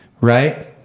right